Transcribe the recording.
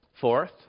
Fourth